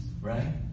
right